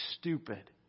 stupid